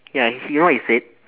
ya you know what he said